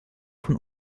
von